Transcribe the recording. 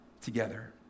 together